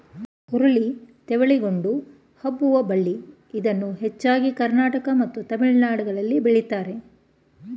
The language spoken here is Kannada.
ಹುರುಳಿ ತೆವಳಿಕೊಂಡು ಹಬ್ಬುವ ಬಳ್ಳಿ ಇದನ್ನು ಹೆಚ್ಚಾಗಿ ಕರ್ನಾಟಕ ಮತ್ತು ತಮಿಳುನಾಡಲ್ಲಿ ಬೆಳಿತಾರೆ